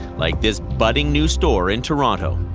like this budding new store in toronto.